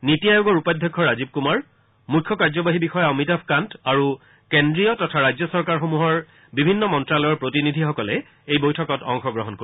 নীতি আয়োগৰ উপাধ্যক্ষ ৰাজীৱ কূমাৰ মুখ্য কাৰ্যবাহী বিষয়া অমিতাভ কান্ত আৰু কেন্দ্ৰীয় তথা ৰাজ্য চৰকাৰসমূহৰ বিভিন্ন মন্ত্যালয়ৰ প্ৰতিনিধিসকলে এই বৈঠকত অংশগ্ৰহণ কৰিব